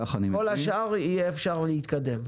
עם כל השאר אפשר יהיה להתקדם.